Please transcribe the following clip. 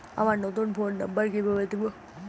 আমার নতুন phone number কিভাবে দিবো?